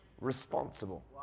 responsible